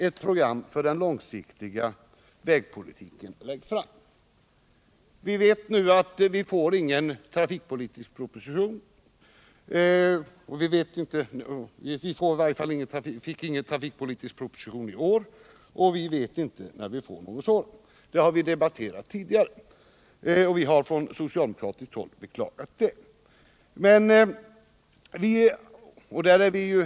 Ett program för den långsiktiga vägpolitiken läggs fram.” Vi fick ingen trafikpolitisk proposition i år, och vi vet inte när vi får någon sådan. Det har debatterats tidigare, och vi har från socialdemokratiskt håll beklagat att det förhåller sig på detta sätt.